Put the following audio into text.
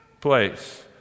place